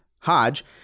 Hodge